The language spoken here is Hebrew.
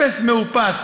אפס מאופס.